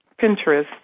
Pinterest